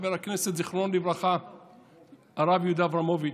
חבר הכנסת הרב יהודה אברמוביץ',